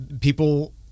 People